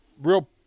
real